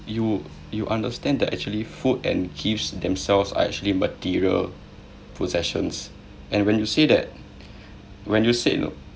you you understand that actually food and gifts themselves are actually material possessions and when you say that when you said no